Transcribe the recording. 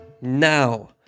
Now